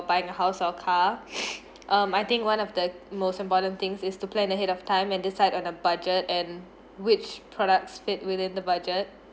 buying a house or car um I think one of the most important things is to plan ahead of time when decide on a budget and which products fit within the budget